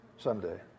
someday